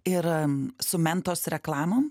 ir su mentos reklamom